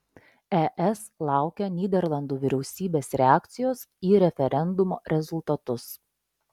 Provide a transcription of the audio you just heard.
es laukia nyderlandų vyriausybės reakcijos į referendumo rezultatus